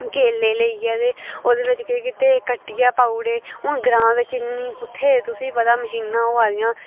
केले लेइयै ते ओह्दे बिच्च केह् कीते कट्टियै पाउड़े हून ग्रांऽ बिच्च इन्नी कु'त्थें तुसेंगी पता मशीनां होआ दियां